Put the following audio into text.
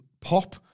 pop